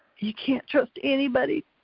you can't trust anybody,